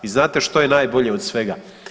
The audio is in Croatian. I znate što je najbolje od svega?